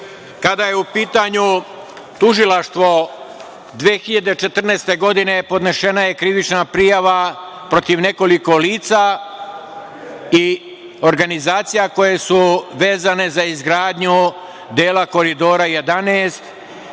je u pitanju tužilaštvo, 2014. godine podnesena je krivična prijava protiv nekoliko lica i organizacija koje su vezane za izgradnju dela „Koridora 11“,